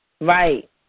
Right